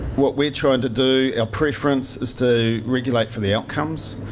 what we're trying to do our preference is to regulate for the outcomes.